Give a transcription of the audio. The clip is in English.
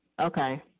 Okay